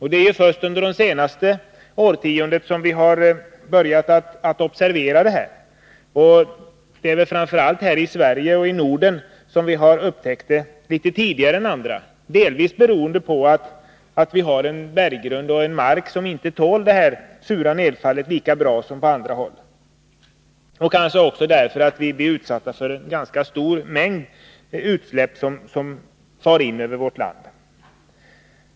Det är först under det senaste årtiondet som vi börjat observera detta. Det är väl framför allt här i Sverige och i Norden som vi har upptäckt detta problem tidigare än på andra håll. Delvis beror det på att vi har en berggrund och en mark som inte tål det här sura nedfallet lika bra som marken på andra håll. Det beror kanske också på att vi blir utsatta för en ganska stor mängd utsläpp som far in över vårt land.